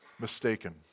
mistaken